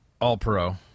all-pro